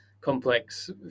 complex